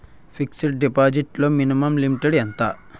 Fixed deposit లో minimum limit ఎంత?